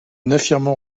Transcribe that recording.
n’affirmons